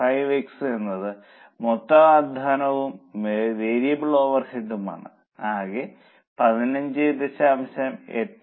5 x എന്നത് മൊത്തം അധ്വാനവും വേരിയബിൾ ഓവർഹെഡുകളും ആണ് ആകെ 15